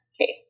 Okay